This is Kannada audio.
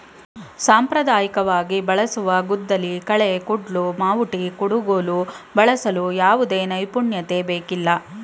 ಸಾಂಪ್ರದಾಯಿಕವಾಗಿ ಬಳಸುವ ಗುದ್ದಲಿ, ಕಳೆ ಕುಡ್ಲು, ಮಾವುಟಿ, ಕುಡುಗೋಲು ಬಳಸಲು ಯಾವುದೇ ನೈಪುಣ್ಯತೆ ಬೇಕಿಲ್ಲ